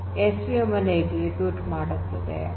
svm SVM ಯನ್ನು execute ಮಾಡುತ್ತದೆ